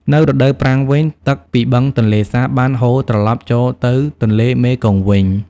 នៅរដូវប្រាំងវិញ ទឹកពីបឹងទន្លេសាបបានហូរត្រឡប់ចូលទៅទន្លេមេគង្គវិញ។